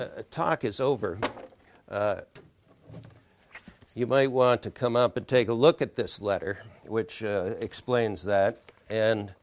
talk its over you might want to come up and take a look at this letter which explains that and